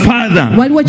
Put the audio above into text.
Father